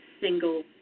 single